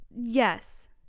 yes